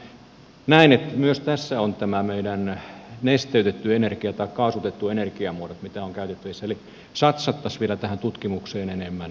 minä näen että myös tässä on tämä meidän nesteytetty energia tai kaasutettu energiamuoto mitä on käytettävissä eli satsattaisiin vielä tähän tutkimukseen enemmän käytettäisiin